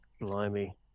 blimey